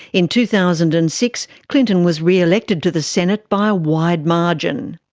in two thousand and six, clinton was re-elected to the senate by a wide margin.